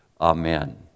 Amen